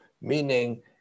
meaning